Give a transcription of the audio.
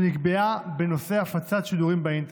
שנקבעה בנושא הפצת שידורים באינטרנט.